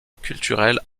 culturel